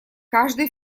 каждый